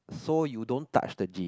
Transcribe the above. so you don't touch the genes